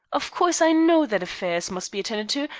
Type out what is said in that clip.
of course i know that affairs must be attended to,